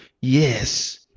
yes